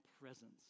presence